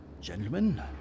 gentlemen